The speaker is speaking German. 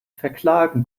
verklagen